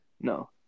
No